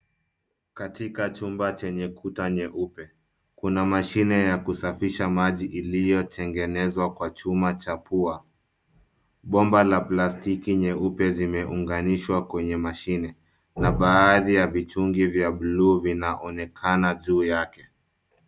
Katika chumba chenye kuta nyeupe. Kuna mashine ya kusafisha maji iliyo tengenezwa kwa chuma cha pua. Bomba la plastiki nyeupe zimeunganishwa kwenye mashine, na baadhi ya vitungi vya buluu vinaonekana juu yake.